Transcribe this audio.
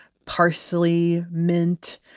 parsley, mint.